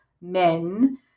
men